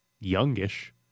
youngish